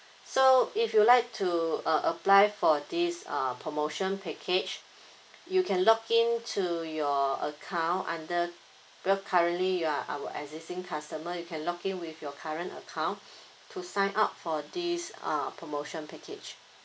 so if you'd like to uh apply for this uh promotion package you can login to your account under because currently you are our existing customer you can login with your current account to sign up for this uh promotion package